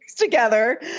together